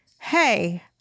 hey